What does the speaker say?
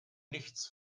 nichts